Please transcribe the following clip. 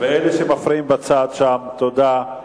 אלה שמפריעים בצד שם, תודה.